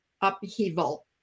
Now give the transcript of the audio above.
upheaval